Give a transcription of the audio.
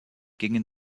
gingen